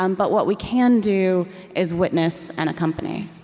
um but what we can do is witness and accompany